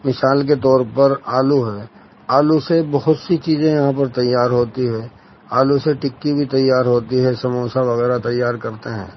مثال کے طور پر آلو ہے آلو سے بہت سی چیزیں یہاں پر تیار ہوتی ہیں آلو سے ٹکی بھی تیار ہوتی ہے سموسہ وغیرہ تیار کرتے ہیں